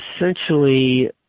essentially